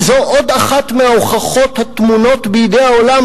כי זו עוד אחת מההוכחות הטמונות בידי העולם